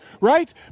right